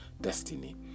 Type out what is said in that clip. destiny